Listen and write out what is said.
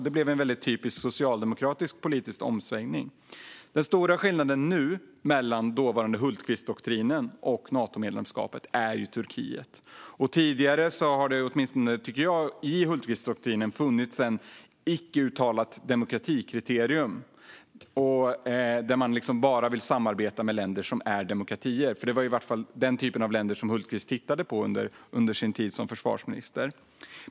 Det blev en väldigt typisk socialdemokratisk politisk omsvängning. Den stora skillnaden nu, mellan den dåvarande Hultqvistdoktrinen och Natomedlemskapet, är Turkiet. Tidigare har det, tycker jag, i Hultqvistdoktrinen åtminstone funnits ett icke-uttalat demokratikriterium om att man bara vill samarbeta med länder som är demokratier. Det var i alla fall den typen av länder som Hultqvist tittade på under sin tid som försvarsminister.